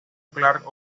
clark